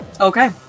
Okay